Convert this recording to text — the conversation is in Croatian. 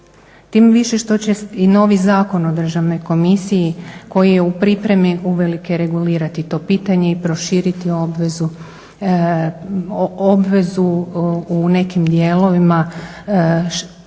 tim više što će i novi Zakon o državnoj komisiji koji je u pripremi uvelike regulirati to pitanje i proširiti obvezu u nekim dijelovima što